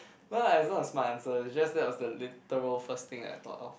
well that is not a smart answer is just that was the literal first thing I thought of